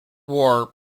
war